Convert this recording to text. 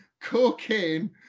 cocaine